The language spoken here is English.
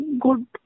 good